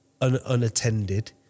unattended